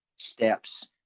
steps